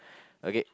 okay